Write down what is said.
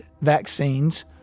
vaccines